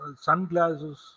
sunglasses